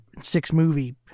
six-movie